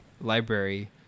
library